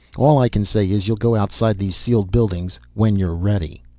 all i can say is you'll go outside these sealed buildings when you're ready.